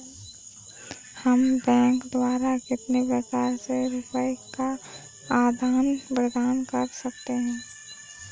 हम बैंक द्वारा कितने प्रकार से रुपये का आदान प्रदान कर सकते हैं?